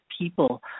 people